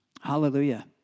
Hallelujah